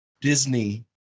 Disney